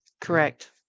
Correct